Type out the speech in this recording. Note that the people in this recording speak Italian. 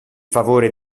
favore